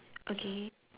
okay